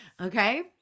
Okay